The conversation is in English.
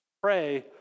pray